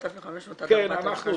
3,500 עד 4,500 שקל למטופל?